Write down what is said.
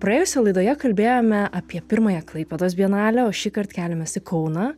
praėjusioje laidoje kalbėjome apie pirmąją klaipėdos bienalę o šįkart keliamės į kauną